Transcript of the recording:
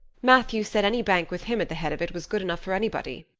matthew said any bank with him at the head of it was good enough for anybody.